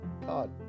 God